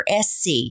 SC